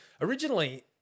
Originally